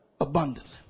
abundantly